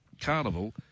carnival